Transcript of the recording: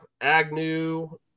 Agnew